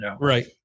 Right